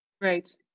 Right